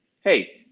hey